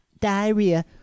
diarrhea